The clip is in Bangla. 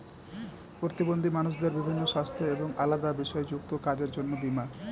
প্রতিবন্ধী মানুষদের বিভিন্ন সাস্থ্য এবং আলাদা বিষয় যুক্ত কাজের জন্য বীমা